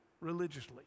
religiously